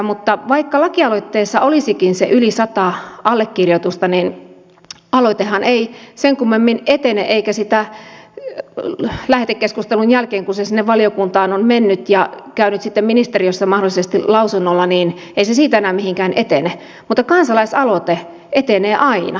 mutta vaikka lakialoitteessa olisikin se yli sata allekirjoitusta aloitehan ei sen kummemmin etene eikä se lähetekeskustelun jälkeen kun se sinne valiokuntaan on mennyt ja käynyt sitten ministeriössä mahdollisesti lausunnolla siitä enää mihinkään etene mutta kansalaisaloite etenee aina